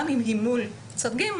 גם אם היא מול צד ג',